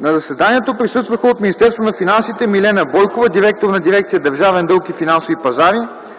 На заседанието присъстваха от Министерството на финансите Милена Бойкова – директор на Дирекция „Държавен дълг и финансови пазари”,